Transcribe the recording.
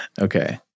Okay